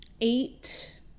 eight